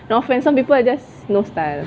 no offence some people just no style